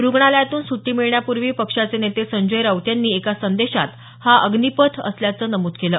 रुग्णालयातून सुटी मिळण्यापूर्वी पक्षाचे नेते संजय राऊत यांनी एका संदेशात हा अग्नीपथ असल्याचं नमूद केलं